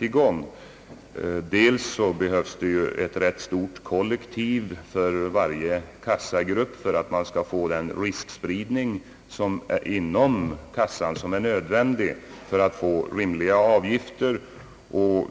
Först och främst behövs det ett rätt stort kollektiv för varje kassagrupp för att få till stånd den riskspridning inom kassan, som är nödvändig om avgifterna skall bli rimliga.